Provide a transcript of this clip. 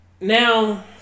Now